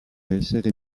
essere